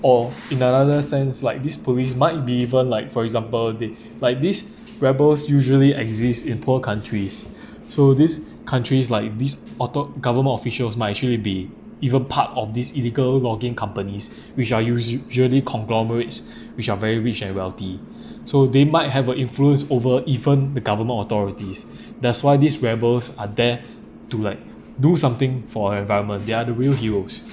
or in another sense like this police might be able like for example they like this rebels usually exist in poor countries so these countries like this author~ government officials might actually be even part of these illegal logging companies which are usua~ usually conglomerates which are very rich and wealthy so they might have a influence over even the government authorities that's why these rebels are there to like do something for environment they are the real heroes